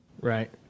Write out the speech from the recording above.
Right